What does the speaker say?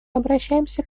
обращаемся